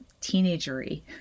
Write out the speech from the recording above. teenager-y